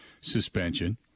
suspension